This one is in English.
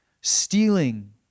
stealing